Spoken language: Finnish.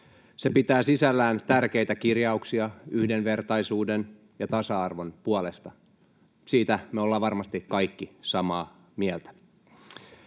Se pitää sisällään tärkeitä kirjauksia yhdenvertaisuuden ja tasa-arvon puolesta. Siitä me olemme varmasti kaikki samaa mieltä.